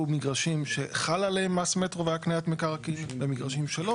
מגרשים שחל עליהם מס מטרו והקניית מקרקעין ומגרשים שלא,